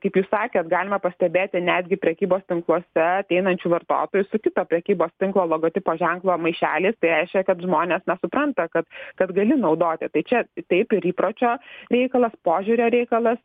kaip jūs sakėt galima pastebėti netgi prekybos tinkluose ateinančių vartotojų su kito prekybos tinklo logotipo ženklo maišeliais tai reiškia kad žmonės na supranta kad kad gali naudoti tai čia taip ir įpročio reikalas požiūrio reikalas